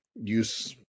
use